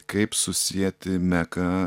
kaip susieti meką